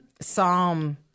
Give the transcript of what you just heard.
Psalm